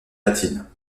latine